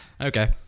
Okay